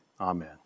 Amen